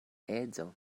edzo